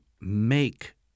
make